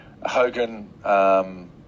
Hogan